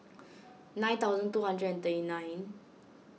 nine thousand two hundred and thirty nine